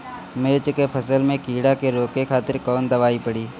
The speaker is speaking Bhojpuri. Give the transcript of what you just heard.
मिर्च के फसल में कीड़ा के रोके खातिर कौन दवाई पड़ी?